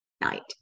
night